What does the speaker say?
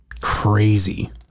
crazy